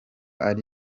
ari